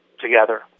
together